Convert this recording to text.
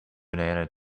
banana